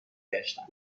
گشتم